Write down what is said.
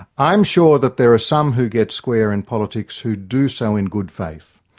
i'm sure that there are some who get square in politics who do so in good faith.